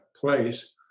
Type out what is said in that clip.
place